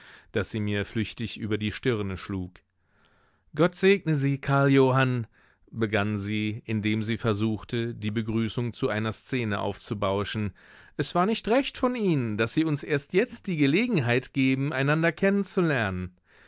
das sie mir flüchtig über die stirne schlug gott segne sie karl johann begann sie indem sie versuchte die begrüßung zu einer szene aufzubauschen es war nicht recht von ihnen daß sie uns erst jetzt die gelegenheit geben einander kennenzulernen